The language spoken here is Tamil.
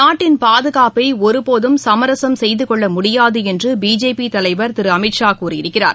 நாட்டின் பாதுகாப்பைஒருபோதும் சமரசம் செய்துகொள்ளமுடியாதுஎன்றுபிஜேபிதலைவா் திருஅமித்ஷா கூறியிருக்கிறார்